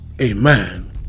Amen